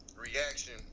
reaction